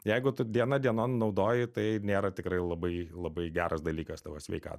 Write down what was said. jeigu tu diena dienon naudoji tai nėra tikrai labai labai geras dalykas tavo sveikatai